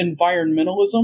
environmentalism